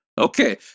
Okay